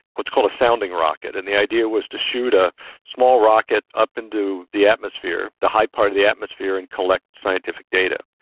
what's called a sounding rocket, and the idea was to shoot a small rocket up and into the atmosphere, the high part of the atmosphere and collect scientific data.